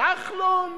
כחלון